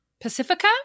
Pacifica